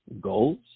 goals